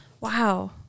Wow